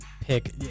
pick